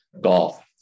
golf